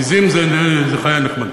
עזים זה חיה נחמדה.